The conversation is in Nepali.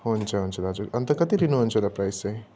हुन्छ हुन्छ दाजु अन्त कति लिनुहुन्छ होला प्राइज चाहिँ